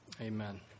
Amen